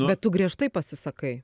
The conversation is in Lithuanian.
bet tu griežtai pasisakai